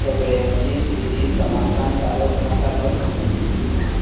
सगळ्यांची स्थिती समाधानकारक आसा खंय